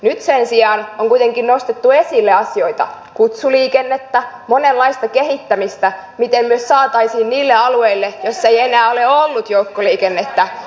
nyt sen sijaan on kuitenkin nostettu esille asioita kutsuliikennettä monenlaista kehittämistä miten me saisimme uutta niille alueille joilla ei enää ole ollut joukkoliikennettä